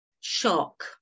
shock